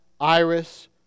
Iris